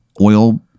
oil